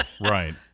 right